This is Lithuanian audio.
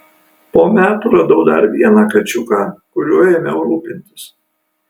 po metų radau dar vieną kačiuką kuriuo ėmiau rūpintis